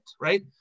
Right